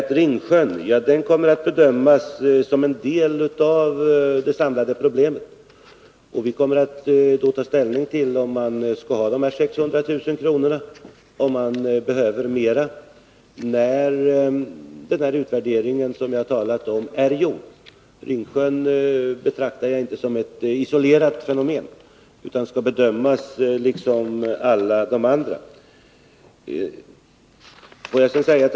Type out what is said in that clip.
Vidare kan jag säga att Ringsjön kommer att bedömas som en del av det samlade problemet, och vi kommer att ta ställning till om de nämnda 600 000 kronorna skall anvisas och om det beloppet i så fall är tillräckligt eller om man behöver mer. När den utvärdering som jag talat om är gjord skall vi ta ställning till detta. Jag betraktar inte Ringsjön som ett isolerat fenomen, utan den skall bedömas i samband med de andra frågorna.